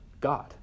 God